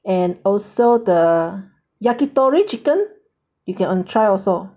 and also the yakitori chicken you can err try also